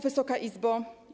Wysoka Izbo!